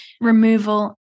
removal